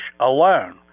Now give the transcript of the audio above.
alone